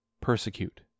persecute